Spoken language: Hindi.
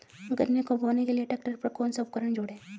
गन्ने को बोने के लिये ट्रैक्टर पर कौन सा उपकरण जोड़ें?